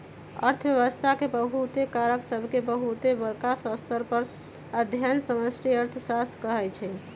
अर्थव्यवस्था के बहुते कारक सभके बहुत बरका स्तर पर अध्ययन समष्टि अर्थशास्त्र कहाइ छै